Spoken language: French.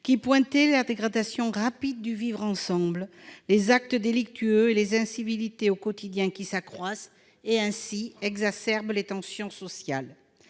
soulignant la dégradation rapide du vivre ensemble, les actes délictueux et les incivilités au quotidien qui s'accroissent, exacerbant les tensions sociales.